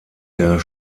der